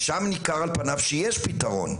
ושם ניכר על פניו שיש פתרון.